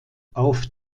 auf